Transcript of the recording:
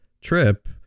trip